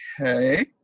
okay